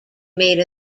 made